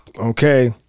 okay